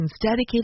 dedicated